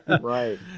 right